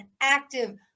active